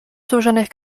złożonych